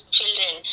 children